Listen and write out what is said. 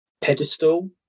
pedestal